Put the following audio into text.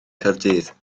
caerdydd